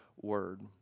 Word